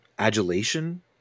adulation